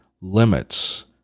limits